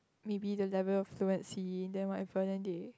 maybe the level of fluency then whatever then they